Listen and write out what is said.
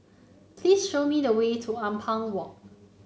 please show me the way to Ampang Walk